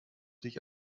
sich